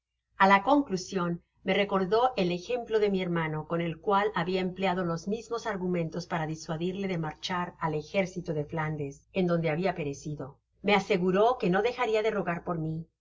a la conclusion me recordó el ejemplo de mi hermano con el cual habia empleado los mismos argumentes para disuadirle de marchar al ejército de flandes en donde habia perecido me aseguró que no dejaria de rogar por mí